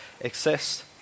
exists